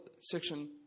section